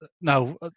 no